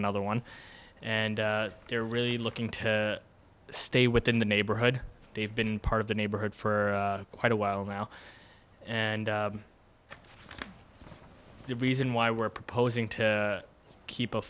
another one and they're really looking to stay within the neighborhood they've been part of the neighborhood for quite a while now and the reason why we're proposing to keep a